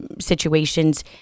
situations